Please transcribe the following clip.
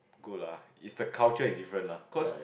good lah is the culture is different lah cause